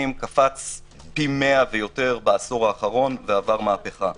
קפץ פי 100 ויותר בעשור האחרון ועבר מהפכה.